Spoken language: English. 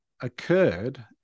occurred